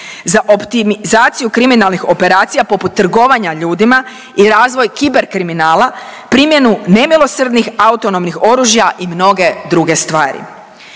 za optimizaciju kriminalnih operacija poput trgovanja ljudima i razvoj kiber kriminala, primjenu nemilosrdnih autonomnih oružja i mnoge druge stvari.